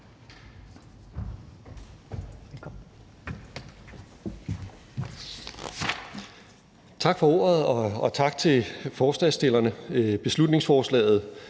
Tak for ordet, og tak til forslagsstillerne. Beslutningsforslaget